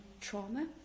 trauma